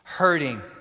hurting